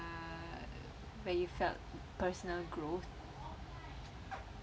uh where you felt personal growth